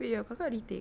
wait your kakak retake